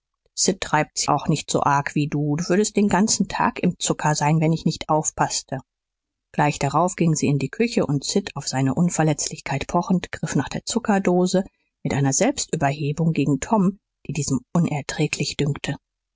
sid treibt's auch nicht so arg wie du du würdest den ganzen tag im zucker sein wenn ich nicht aufpaßte gleich darauf ging sie in die küche und sid auf seine unverletzlichkeit pochend griff nach der zuckerdose mit einer selbstüberhebung gegen tom die diesem unerträglich dünkte